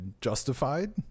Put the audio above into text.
justified